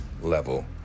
level